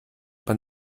man